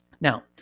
Now